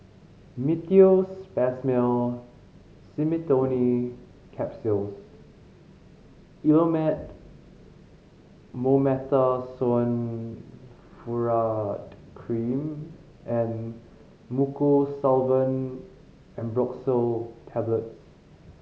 Meteospasmyl Simeticone Capsules Elomet Mometasone Furoate Cream and Mucosolvan Ambroxol Tablets